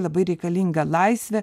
labai reikalinga laisvė